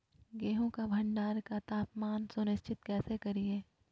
गेहूं का भंडारण का तापमान सुनिश्चित कैसे करिये?